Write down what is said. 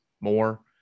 more